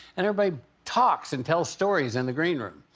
and everybody talks and tells stories in the green room.